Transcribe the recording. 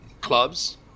clubs